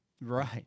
Right